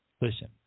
listen